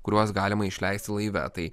kuriuos galima išleisti laive tai